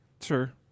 Sure